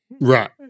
Right